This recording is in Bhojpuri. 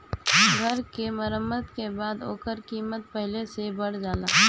घर के मरम्मत के बाद ओकर कीमत पहिले से बढ़ जाला